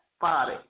body